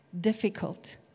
difficult